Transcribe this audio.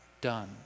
done